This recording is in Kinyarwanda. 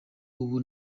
ubu